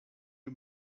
who